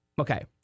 okay